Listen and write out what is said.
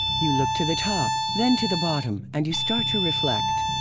you look to the top, then to the bottom, and you start to reflect.